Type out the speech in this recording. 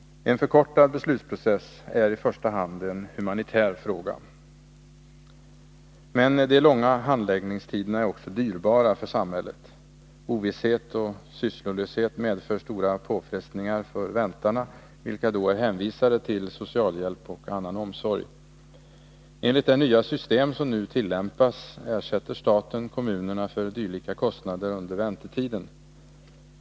En förkortad beslutsprocess är i första hand en humanitär fråga. De långa handläggningstiderna är dyrbara för samhället. Ovisshet och sysslolöshet medför stora påfrestningar för ”väntarna”, vilka då är hänvisade till socialhjälp och annan omsorg. Enligt det nya system som nu tillämpas ersätter staten kommunerna för dylika kostnader under väntetiden.